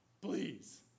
Please